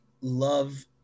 love